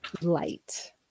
Light